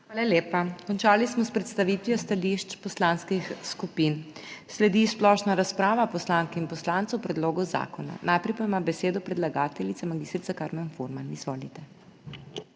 Hvala lepa. Končali smo s predstavitvijo stališč poslanskih skupin. Sledi splošna razprava poslank in poslancev o predlogu zakona. Najprej pa ima besedo predlagateljica mag. Karmen Furman. Izvolite.